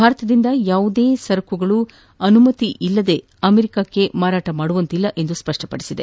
ಭಾರತದಿಂದ ಯಾವುದೇ ಸರಕುಗಳು ಅನುಮತಿ ಇಲ್ಲದೆ ಅಮೆರಿಕಗೆ ಮಾರಾಟ ಮಾಡುವಂತಿಲ್ಲ ಎಂದು ಸ್ಪಷ್ಟಪಡಿಸಿದೆ